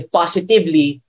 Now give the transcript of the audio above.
positively